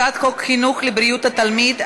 הצעת חוק חינוך לבריאות התלמיד,